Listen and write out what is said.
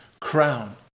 crown